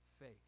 faith